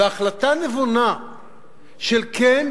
והחלטה נבונה של כן,